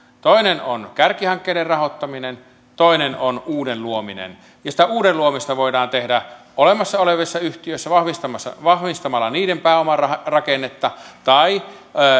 toinen on kärkihankkeiden rahoittaminen toinen on uuden luominen ja sitä uuden luomista voidaan tehdä olemassa olevissa yhtiöissä vahvistamalla vahvistamalla niiden pääomarakennetta tai